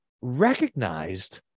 recognized